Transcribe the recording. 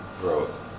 growth